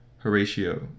Horatio